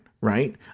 right